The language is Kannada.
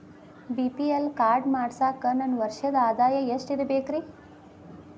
ಬಿ.ಪಿ.ಎಲ್ ಕಾರ್ಡ್ ಮಾಡ್ಸಾಕ ನನ್ನ ವರ್ಷದ್ ಆದಾಯ ಎಷ್ಟ ಇರಬೇಕ್ರಿ?